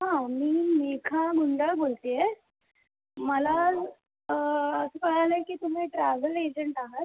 हां मी लेखा मुंदळ बोलती आहे मला असं कळालं आहे की तुम्ही ट्रॅव्हल एजंट आहात